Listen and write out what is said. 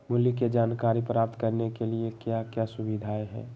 मूल्य के जानकारी प्राप्त करने के लिए क्या क्या सुविधाएं है?